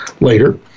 later